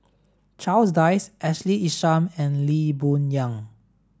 Charles Dyce Ashley Isham and Lee Boon Yang